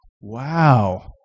Wow